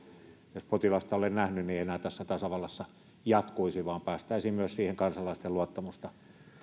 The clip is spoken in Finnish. ei potilasta ole nähnyt ei enää tässä tasavallassa jatkuisi vaan päästäisiin myös siihen kansalaisten luottamusta